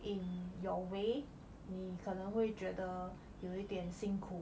in your way 你可能会觉得有一点辛苦